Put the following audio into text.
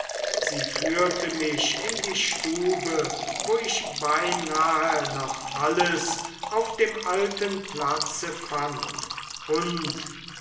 sie führte mich in die stube wo ich beinahe noch alles auf dem alten platze fand und